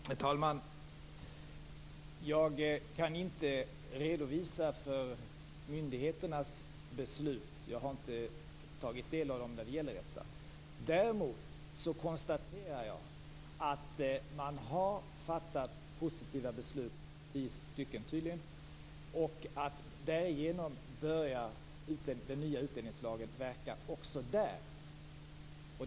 Herr talman! Jag kan inte redovisa för myndigheternas beslut. Jag har inte tagit del av dem när det gäller dessa ärenden. Däremot konstaterar jag att man har fattat positiva beslut - tio stycken, tydligen - och att den nya utlänningslagen därigenom börjar verka också där.